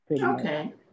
Okay